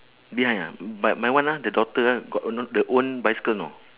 behind ah mm but my one ah the daughter ah got own the own bicycle you know